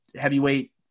heavyweight